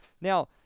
Now